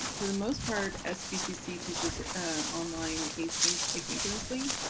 for the most part sbcc teaches online asynchronously asynchronously